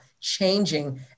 changing